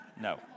No